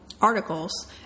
articles